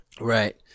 Right